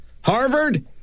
Harvard